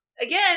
again